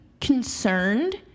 concerned